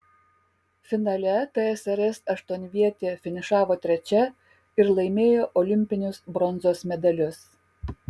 finale tsrs aštuonvietė finišavo trečia ir laimėjo olimpinius bronzos medalius